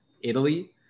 Italy